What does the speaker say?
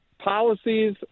policies